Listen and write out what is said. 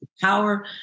power